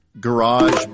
Garage